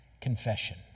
confession